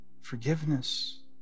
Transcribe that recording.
forgiveness